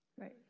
Right